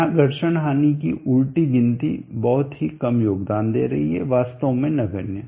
यहाँ घर्षण हानि की उलटी गिनती बहुत ही कम योगदान दे रही है वास्तव में नगण्य